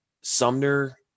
Sumner